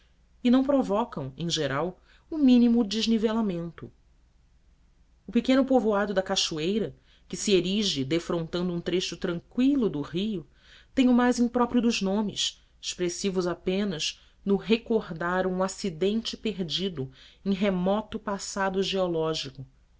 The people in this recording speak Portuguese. e não provocam em geral o mínimo desnivelamento o pequeno povoado da cachoeira que se erige defrontando um trecho tranqüilo do rio tem o mais impróprio dos nomes expressivo apenas no recordar um acidente perdido em remoto passado geológico